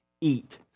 eat